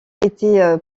été